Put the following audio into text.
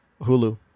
Hulu